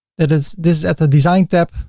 that is this at the design tab,